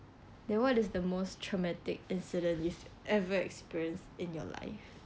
then what is the most traumatic incident you've ever experienced in your life